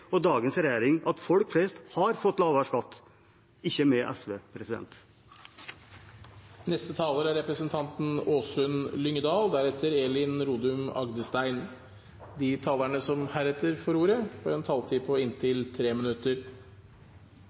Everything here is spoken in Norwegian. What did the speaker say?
og dagens regjering overtok. Men det er altså med Fremskrittspartiet og dagens regjering at folk flest har fått lavere skatt, ikke med SV. De talere som heretter får ordet, har en taletid på inntil 3 minutter.